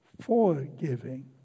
forgiving